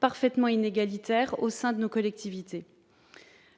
parfaitement inégalitaire au sein de nos collectivités.